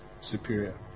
superior